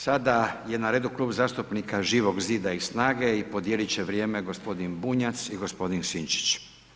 Sada je na redu klub zastupnika Živog Zida i SNAGA-e i podijelit će vrijeme g. Bunjac i g. Sinčić.